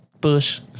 Bush